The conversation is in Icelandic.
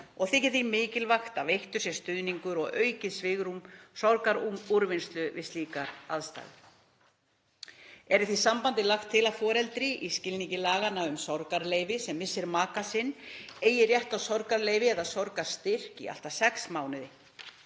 og þykir því mikilvægt að veittur sé stuðningur og aukið svigrúm til sorgarúrvinnslu við slíkar aðstæður. Er í því sambandi lagt til að foreldri, í skilningi laganna um sorgarleyfi, sem missir maka sinn eigi rétt á sorgarleyfi eða sorgarstyrk í allt að sex mánuði.